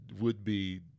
would-be